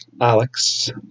Alex